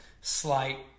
slight